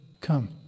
come